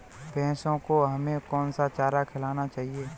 भैंसों को हमें कौन सा चारा खिलाना चाहिए?